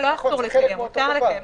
חתונה הרי מותר לקיים.